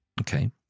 Okay